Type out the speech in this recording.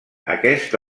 aquest